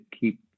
keep